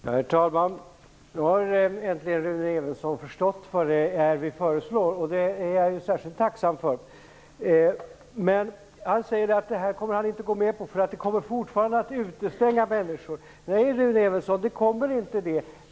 Herr talman! Nu har äntligen Rune Evensson förstått vad det är vi föreslår, och det är jag särskilt tacksam för. Men han säger att han inte kommer att gå med på det därför att det fortfarande kommer att utestänga människor. Nej, Rune Evensson, det kommer det inte att göra.